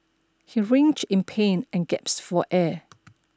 he writhed in pain and gasped for air